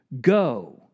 go